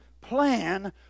plan